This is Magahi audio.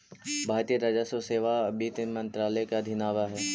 भारतीय राजस्व सेवा वित्त मंत्रालय के अधीन आवऽ हइ